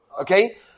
Okay